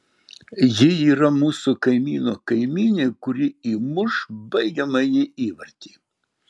ji yra mūsų kaimyno kaimynė kuri įmuš baigiamąjį įvartį